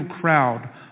crowd